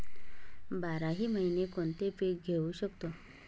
बाराही महिने कोणते पीक घेवू शकतो?